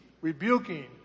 rebuking